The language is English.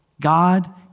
God